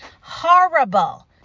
Horrible